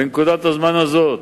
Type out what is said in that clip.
בנקודת הזמן הזאת,